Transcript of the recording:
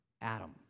Adam